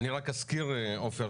תודה רבה.